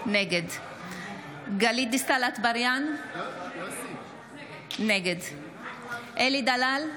נגד גלית דיסטל אטבריאן, נגד אלי דלל,